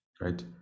right